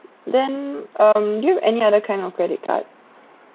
then um do you have any other kind of credit card